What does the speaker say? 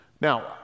Now